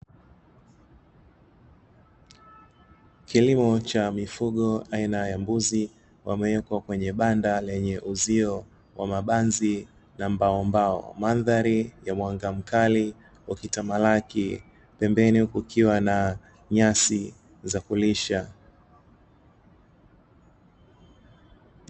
Kilimo cha mifugo aina ya mbuzi wamewekwa kwenye banda lenye uzio wa mabanzi na mbaombao. Madhari ya mwanga mkali ukitamalaki, pembeni kukiwa na nyasi za kulisha.